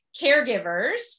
caregivers